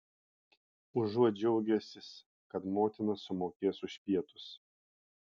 užuot džiaugęsis kad motina sumokės už pietus